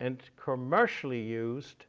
and commercially used